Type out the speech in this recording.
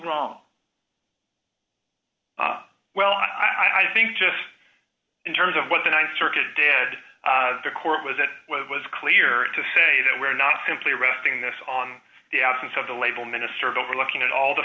wrong well i think just in terms of what the th circuit did the court was it was clear to say that we're not simply resting this on the absence of the label minister of overlooking it all the